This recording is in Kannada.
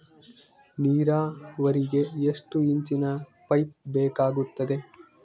ನೇರಾವರಿಗೆ ಎಷ್ಟು ಇಂಚಿನ ಪೈಪ್ ಬೇಕಾಗುತ್ತದೆ?